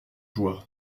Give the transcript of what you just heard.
joie